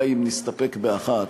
די אם נסתפק באחת: